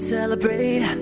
Celebrate